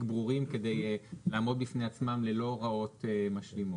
ברורים כדי לעמוד בפני עצמם ללא הוראות משלימות.